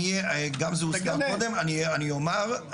אני אומר,